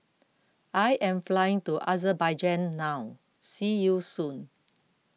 I am flying to Azerbaijan now see you soon